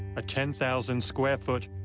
a ten thousand square foot,